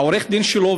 עורך הדין שלו,